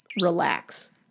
relax